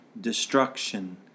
destruction